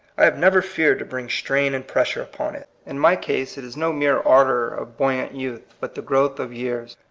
i have never feared to bring strain and pressure upon it. in my case it is no mere ardor of buoyant youth, but the growth of years.